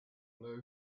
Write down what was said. blue